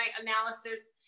analysis